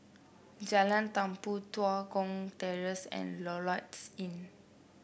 Jalan Tumpu Tua Kong Terrace and Lloyds Inn